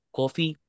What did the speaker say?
coffee